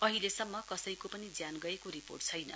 अहिलेसम्म कसैको पनि ज्यान गएको रिपोर्ट छैन